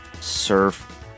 Surf